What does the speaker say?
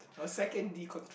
a second decont~